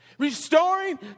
Restoring